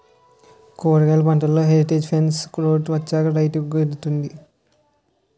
కూరగాయలు పంటలో heritage fence road వచ్చాక రైతుకు గిడతంది